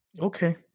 Okay